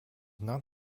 not